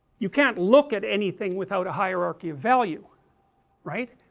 you can't look at anything without a hierarchy of value right,